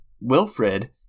Wilfred